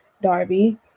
Darby